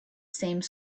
same